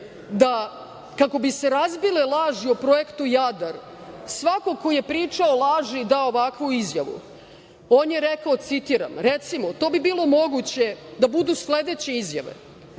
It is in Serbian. da, kako bi se razbile laži o Projektu „Jadar“, svako ko je pričao laži i dao ovakvu izjavu, on je rekao, citiram, recimo, to bi bilo moguće da budu sledeće izjave